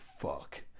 fuck